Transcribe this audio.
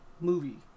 movie